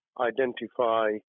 identify